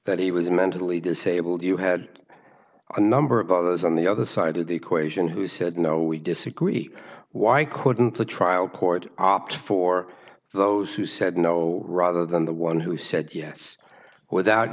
was mentally disabled you had a number of others on the other side of the equation who said no we disagree why couldn't the trial court opt for those who said no rather than the one who said yes without